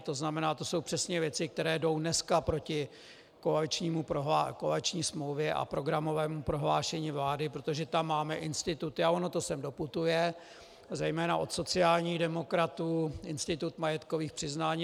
To znamená, to jsou přesně věci, které jdou dneska proti koaliční smlouvě a programovému prohlášení vlády, protože tam máme instituty, a ono to sem doputuje, zejména od sociálních demokratů, institut majetkových přiznání.